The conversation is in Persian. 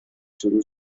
شروع